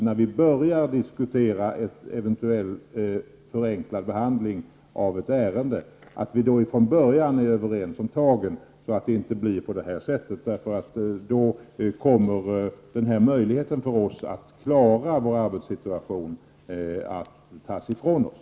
När vi börjar diskutera en eventuell förenklad behandling av ett ärende är det dock angeläget att vi från början kommer överens om tagen, så att det inte blir på det här sättet. Då kommer denna möjlighet för oss utskottet att klara av vår arbetssituation att tas i från oss.